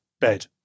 bed